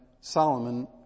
Solomon